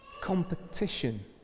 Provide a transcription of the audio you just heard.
competition